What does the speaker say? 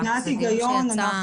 קצת היגיון.